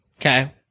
Okay